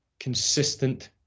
Consistent